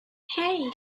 hey